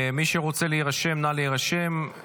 מי שרוצה להירשם, נא להירשם.